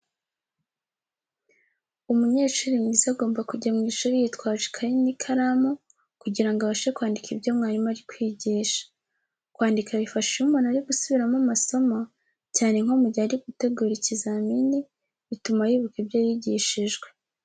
Umunyeshuri mwiza agomba kujya mu ishuri yitwaje ikayi n'ikaramu kugira ngo abashe kwandika ibyo mwarimu ari kwigisha. Kwandika bifasha iyo umuntu ari gusubiramo amasomo cyane nko mu gihe ari gutegura ikizamini, bituma yibuka ibyo yigishijwe.